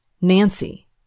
Nancy